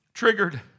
Triggered